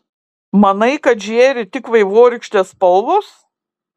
manai kad žėri tik vaivorykštės spalvos